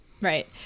Right